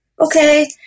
okay